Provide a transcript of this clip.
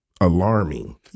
Alarming